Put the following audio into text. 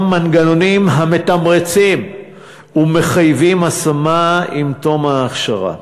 מנגנונים המתמרצים ומחייבים השמה עם תום ההכשרה.